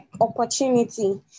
opportunity